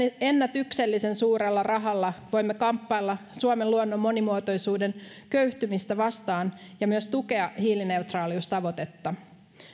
ennätyksellisen suurella rahalla voimme kamppailla suomen luonnon monimuotoisuuden köyhtymistä vastaan ja myös tukea hiilineutraaliustavoitetta